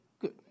good